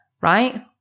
right